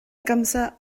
agamsa